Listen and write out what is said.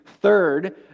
third